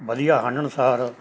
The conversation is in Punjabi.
ਵਧੀਆ ਹੰਡਣਸਾਰ